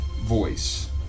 voice